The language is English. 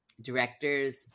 directors